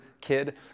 kid